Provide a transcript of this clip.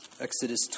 Exodus